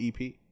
ep